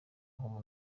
aho